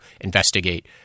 investigate